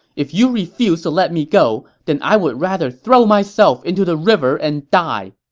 if you refuse to let me go, then i would rather throw myself into the river and die!